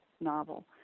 novel